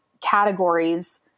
categories